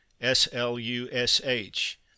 S-L-U-S-H